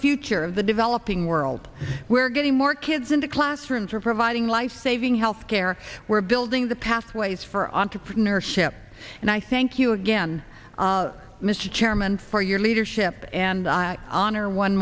future of the developing world where getting more kids into classrooms or providing lifesaving health care we're building the pathways for entrepreneurship and i thank you again mr chairman for your leadership and i honor one